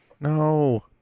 no